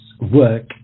work